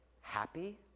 happy